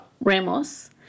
Ramos